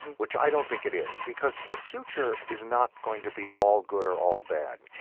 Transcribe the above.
which i don't think it is because the future is not going to be all good or all bad.